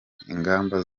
ingamba